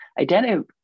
Identity